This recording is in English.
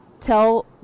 tell